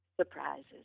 surprises